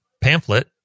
pamphlet